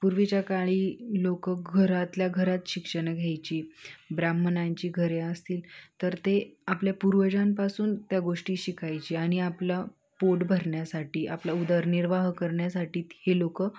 पूर्वीच्या काळी लोकं घरातल्या घरात शिक्षणं घ्यायची ब्राह्मणांची घरे असतील तर ते आपल्या पूर्वजांपासून त्या गोष्टी शिकायची आणि आपलं पोट भरण्यासाठी आपलं उदरनिर्वाह करण्यासाठी हे लोकं